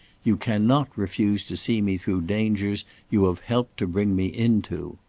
you cannot refuse to see me through dangers you have helped to bring me into.